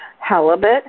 halibut